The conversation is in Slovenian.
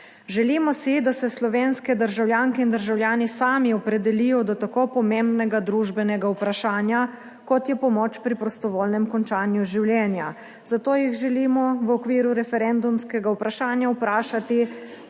Želimo si, da se slovenske državljanke in državljani sami opredelijo do tako pomembnega družbenega vprašanja kot je pomoč pri prostovoljnem končanju življenja. Zato jih želimo v okviru referendumskega vprašanja vprašati: